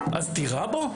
אז תירה בו?